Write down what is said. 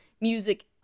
music